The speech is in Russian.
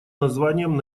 названием